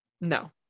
no